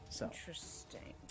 Interesting